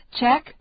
check